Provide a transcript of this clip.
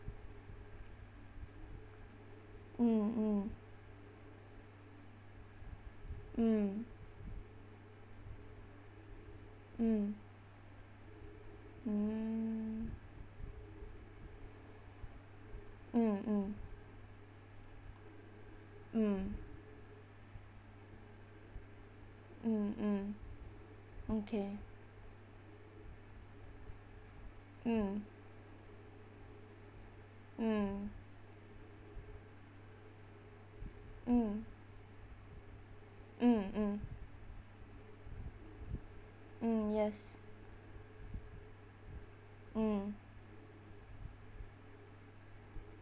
mm mm mm mm mm mm mm mm mm mm okay mm mm mm mm mm mm yes mm